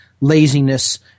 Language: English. laziness